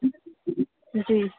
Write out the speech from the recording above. जी